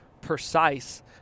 precise